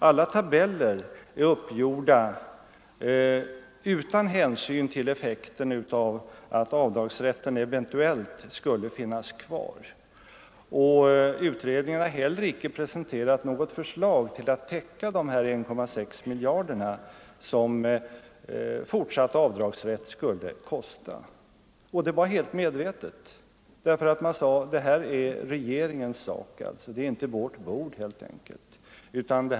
Alla tabeller är uppgjorda utan hänsyn till effekten av att avdragsrätten eventuellt skulle finnas kvar. Utredningen har heller icke presenterat något förslag till att täcka de 1,6 miljarder som fortsatt avdragsrätt skulle kosta. Och det var helt medvetet. Utredningen sade sig helt enkelt: Det är inte vårt bord, utan det är regeringens sak.